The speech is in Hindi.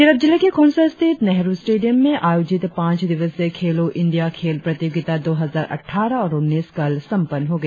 तिराप जिले के खोंसा स्थित नेहरु स्टेडियम में आयोजित पांच दिवसीय खेलों इंडिया खेल प्रतियोगिता दो हजार अटठारह उन्नीस कल संपन्न हो गया